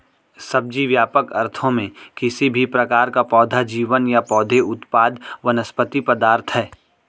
सब्जी, व्यापक अर्थों में, किसी भी प्रकार का पौधा जीवन या पौधे उत्पाद वनस्पति पदार्थ है